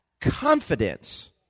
confidence